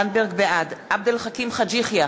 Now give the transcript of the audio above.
בעד עבד אל חכים חאג' יחיא,